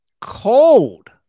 cold